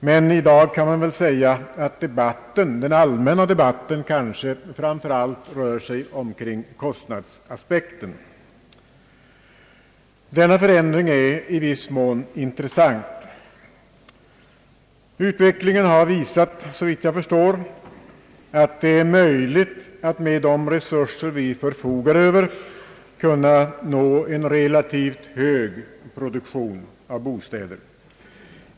Men i dag kan man väl säga att den allmänna debatten kanske framför allt rör sig kring kostnadsaspekten. Denna förändring är i viss mån intressant. Utvecklingen har såvitt jag förstår visat att det är möjligt att med de resurser vi förfogar över kunna uppnå en relativt hög produktion av bostäder.